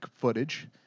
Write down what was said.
footage